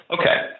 Okay